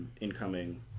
incoming